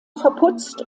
verputzt